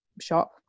shop